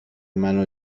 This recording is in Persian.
منو